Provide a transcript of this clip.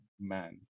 man